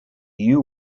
you